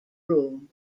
room